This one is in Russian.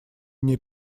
мне